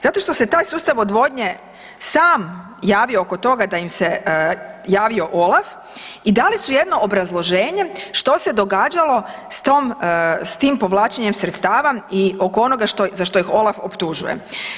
Zato što se taj sustav odvodnje sam javio oko toga da im se javio OLAF i dali su jedno obrazloženje što se događalo s tim povlačenjem sredstava o oko onoga za što ih OLAF optužuje.